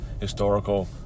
historical